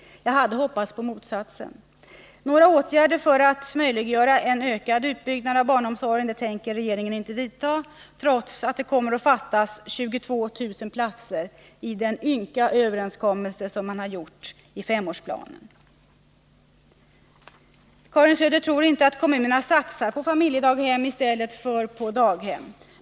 Jag hade hoppats på motsatsen. Några åtgärder för att möjliggöra en ökad utbyggnad av barnomsorgen tänker regeringen inte vidta, trots att det kommer att fattas 22000 platser för att man skall uppnå det som avses i den ynka överenskommelse som gjordes i fråga om femårsplanen. Karin Söder tror inte att kommunerna satsar på familjedaghem i stället för på daghem.